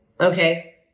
Okay